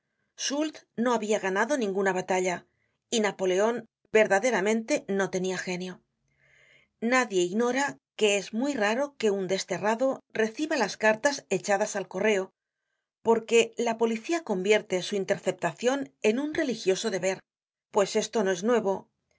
soult no habia ganado ninguna batalla y napoleon verdaderamente no tenia genio nadie ignora que es muy raro que un desterrado reciba las cartas echadas al correo porque la policía convierte su interceptacion en un religioso deber pues esto no es nuevo